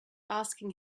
asking